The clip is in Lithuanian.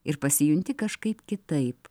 ir pasijunti kažkaip kitaip